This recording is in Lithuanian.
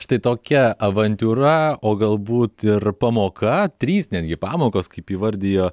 štai tokia avantiūra o galbūt ir pamoka trys netgi pamokos kaip įvardijo